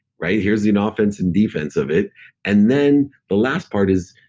right? here's the and offense and defense of it and then the last part is,